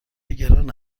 گران